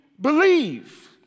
believe